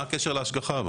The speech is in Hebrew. מה הקשר להשגחה?